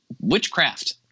witchcraft